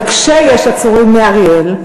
וכשיש עצורים מאריאל,